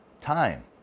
time